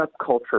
subculture